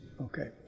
Okay